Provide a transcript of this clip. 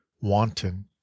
wanton